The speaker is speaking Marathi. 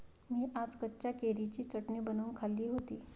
मी आज कच्च्या कैरीची चटणी बनवून खाल्ली होती